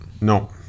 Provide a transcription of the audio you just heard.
No